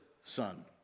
son